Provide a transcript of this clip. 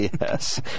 Yes